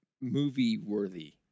movie-worthy